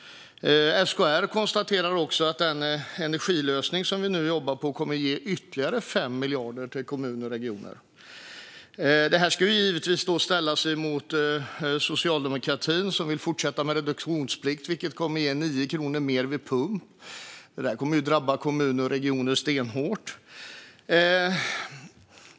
SKR konstaterar också att den energilösning som vi nu jobbar på kommer att ge ytterligare 5 miljarder till kommuner och regioner. Detta ska givetvis ställas mot socialdemokratin, som vill fortsätta med reduktionsplikt, vilket kommer att ge 9 kronor mer vid pump. Det kommer att drabba kommuner och regioner stenhårt.